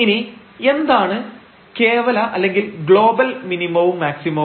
ഇനി എന്താണ് കേവല അല്ലെങ്കിൽ ഗ്ലോബൽ മിനിമവും മാക്സിമവും